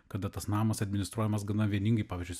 kada tas namas administruojamas gana vieningai pavyzdžiui